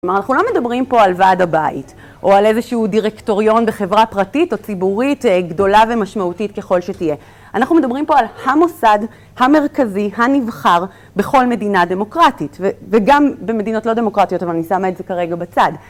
כלומר אנחנו לא מדברים פה על ועד הבית, או על איזשהו דירקטוריון בחברה פרטית, או ציבורית גדולה ומשמעותית ככל שתהיה. אנחנו מדברים פה על המוסד המרכזי הנבחר בכל מדינה דמוקרטית, וגם במדינות לא דמוקרטיות, אבל אני שמה את זה כרגע בצד.